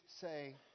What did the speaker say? say